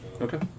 Okay